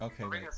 Okay